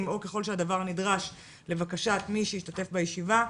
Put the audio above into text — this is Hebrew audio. או ככל שהדבר נדרש לבקשת מי שהשתתף בישיבה,